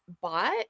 bought